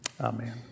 Amen